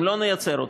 אם לא נייצר אותן,